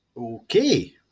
okay